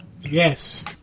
Yes